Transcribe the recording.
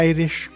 Irish